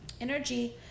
Energy